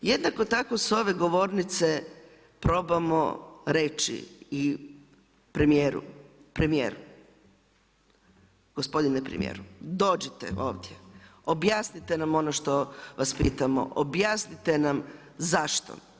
Jednako tako sa ove govornice probamo reći i premijer gospodine premijeru dođite ovdje, objasnite nam ono što vas pitamo, objasnite nam zašto.